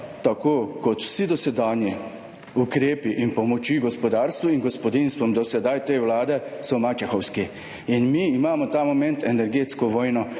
tako kot vsi dosedanji ukrepi in pomoči gospodarstvu in gospodinjstvom do sedaj te Vlade so mačehovski in mi imamo ta moment energetsko vojno